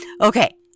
Okay